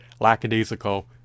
lackadaisical